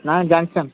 நான் ஜங்ஷன்